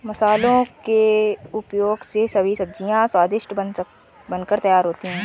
मसालों के उपयोग से सभी सब्जियां स्वादिष्ट बनकर तैयार होती हैं